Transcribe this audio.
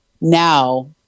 now